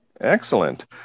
Excellent